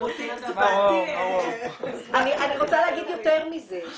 אני רוצה להגיד יותר מזה.